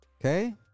Okay